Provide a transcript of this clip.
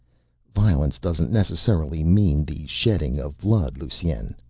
violence doesn't necessarily mean the shedding of blood, lusine.